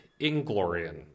Inglorian